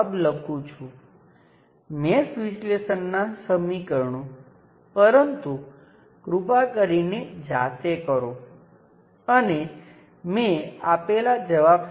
મારી પાસે current I હતો જે તે દિશામાં વહેતો હતો ફરીથી દોરેલી સર્કિટ સાથે આ વોલ્ટેજ સ્ત્રોતને ઋણ ટર્મિનલ સાથે નીચે દોરવામાં આવે છે અને આ ઘટકને જેમ છે તેમ જ દોરવામાં આવે છે